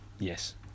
Yes